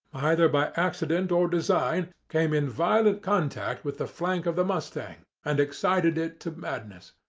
either by accident or design, came in violent contact with the flank of the mustang, and excited it to madness.